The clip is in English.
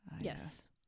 Yes